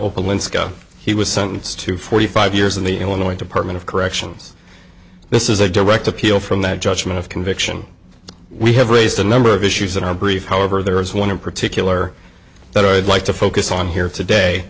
and scott he was sentenced to forty five years in the illinois department of corrections this is a direct appeal from that judgment of conviction we have raised a number of issues in our brief however there is one in particular that i'd like to focus on here today